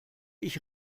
ich